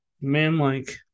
man-like